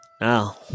Now